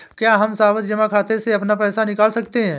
क्या हम सावधि जमा खाते से अपना पैसा निकाल सकते हैं?